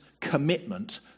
commitment